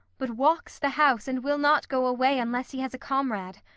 but walks the house, and will not go away, unless he has a comrade!